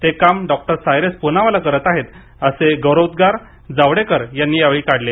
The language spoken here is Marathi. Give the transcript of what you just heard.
ते काम डॉक्टर सायरस पुनावाला करत आहेत असे गौरवोद्गार जावडेकर यांनी काढले